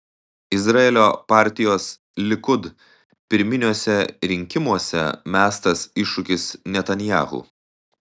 izraelio partijos likud pirminiuose rinkimuose mestas iššūkis netanyahu